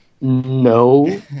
No